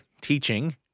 teaching